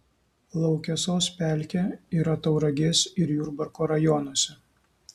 laukesos pelkė yra tauragės ir jurbarko rajonuose